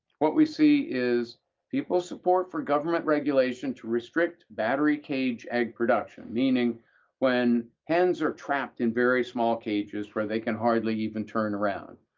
what we see is people's support for government regulation to restrict battery cage egg production, meaning when hens are trapped in very small cages where they can hardly even turn around,